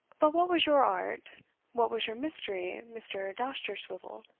but what was your art what was your mystery, mr. dousterswivel?